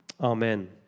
Amen